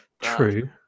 True